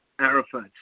Arafat